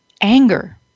anger